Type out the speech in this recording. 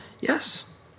yes